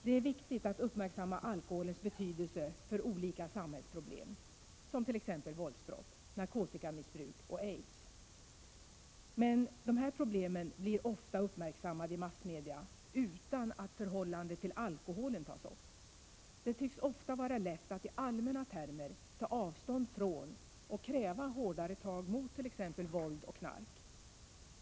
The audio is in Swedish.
Det är viktigt att uppmärksamma alkoholens betydelse för olika samhällsproblem, t.ex. våldsbrott, narkotikamissbruk och aids. Men dessa problem blir ofta uppmärksammade i massmedia utan att förhållandet till alkoholen tas upp. Det tycks ofta vara lätt att i allmänna termer ta avstånd från och kräva hårdare tag mot t.ex. våld och knark.